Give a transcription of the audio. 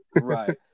right